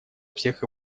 всех